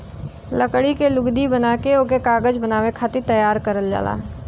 लकड़ी के लुगदी बना के ओके कागज बनावे खातिर तैयार करल जाला